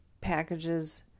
packages